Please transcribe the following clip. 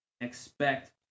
Expect